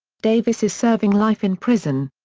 davis is serving life in prison.